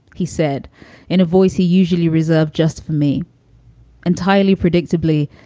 he said in a voice he usually reserved just for me entirely predictably,